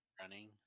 running